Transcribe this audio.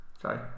Sorry